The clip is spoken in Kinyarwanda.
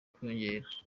kwiyongera